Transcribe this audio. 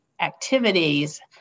activities